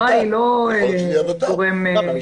בואו נעבור עכשיו מהתחלה עד הסוף, אותם סעיפים.